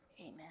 Amen